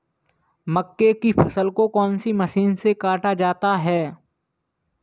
मक्के की फसल को कौन सी मशीन से काटा जाता है?